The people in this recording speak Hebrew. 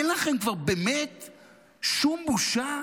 אין לכם כבר שום בושה?